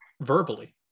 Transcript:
verbally